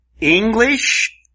English